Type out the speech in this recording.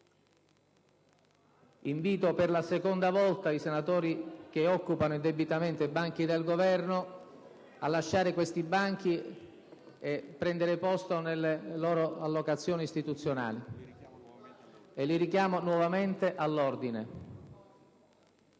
Invito per la seconda volta i senatori che occupano indebitamente i banchi del Governo a lasciare quei banchi e prendere posto nelle loro allocazioni istituzionali, e li richiamo nuovamente all'ordine.